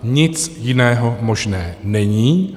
Nic jiného možného není.